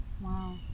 Wow